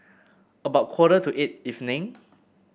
about quarter to eight evening